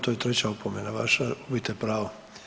To je treća opomena vaša, gubite pravo.